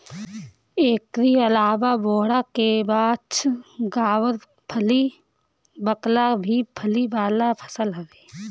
एकरी अलावा बोड़ा, केवाछ, गावरफली, बकला भी फली वाला फसल हवे